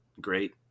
Great